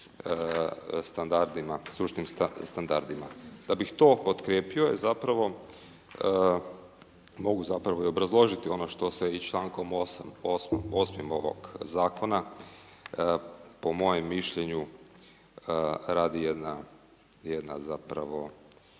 standardima, stručnim standardima. Da bih to potkrijepio je zapravo, mogu zapravo i obrazložiti ono što se i člankom 8.-im ovog zakona po mojem mišljenju radi jedna zapravo